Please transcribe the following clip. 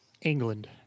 England